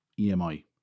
EMI